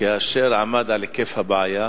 כאשר עמד על היקף הבעיה,